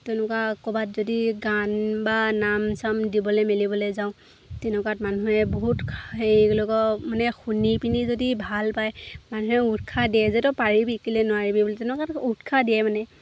তেনেকুৱা ক'ৰবাত যদি গান বা নাম চাম দিবলৈ মেলিবলৈ যাওঁ তেনেকুৱাত মানুহে বহুত সেইবিলাকৰ মানে শুনি পিনি যদি ভাল পায় মানুহে উৎসাহ দিয়ে যে তই পাৰিবি কেলে নোৱাৰিবি বুলি তেনেকুৱা উৎসাহ দিয়ে মানে